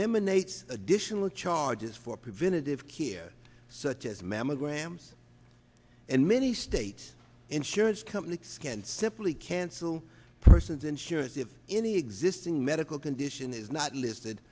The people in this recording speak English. eliminates additional charges for preventative care such as mammograms and many state insurance companies can simply cancel persons insurance of any existing medical condition is not listed